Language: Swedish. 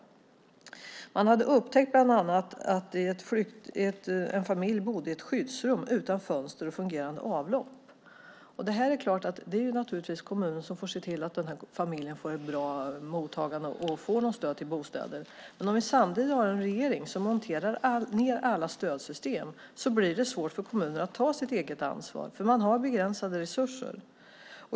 Man hade bland annat upptäckt att en familj bodde i ett skyddsrum utan fönster och fungerande avlopp. Det är naturligtvis kommunen som får se till att familjen får ett bra mottagande och får något stöd till bostäder. Men om vi samtidigt har en regering som monterar ned alla stödsystem blir det svårt för kommunen att ta sitt eget ansvar, eftersom den har begränsade resurser.